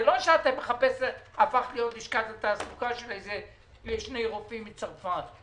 זה לא שהפכת להיות לשכת התעסוקה של איזה שני רופאים מצרפת.